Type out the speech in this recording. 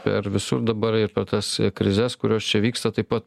per visur dabar ir per tas krizes kurios čia vyksta taip pa